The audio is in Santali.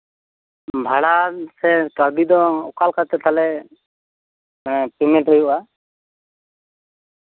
ᱵᱷᱟᱲᱟ ᱥᱮ ᱠᱟᱹᱣᱰᱤ ᱫᱚ ᱚᱠᱟ ᱞᱮᱠᱟᱛᱮ ᱛᱟᱦᱚᱞᱮ ᱯᱮᱢᱮᱱᱴ ᱦᱩᱭᱩᱜᱼᱟ